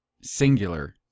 singular